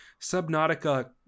Subnautica